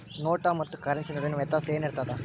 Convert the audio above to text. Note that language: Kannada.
ನೋಟ ಮತ್ತ ಕರೆನ್ಸಿ ನಡುವಿನ ವ್ಯತ್ಯಾಸ ಏನಿರ್ತದ?